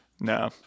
No